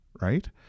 right